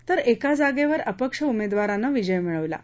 तर एका जागेवर अपक्ष उमेदवारानं विजय मिळवला आहे